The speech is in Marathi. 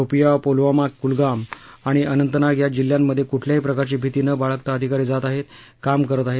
शोपियान पुलवामा कुलगाम आणि अनंतनाग या जिल्ह्यांमध्ये कुठल्याही प्रकारची भिती न बाळगता अधिकारी जात आहेत काम करत आहे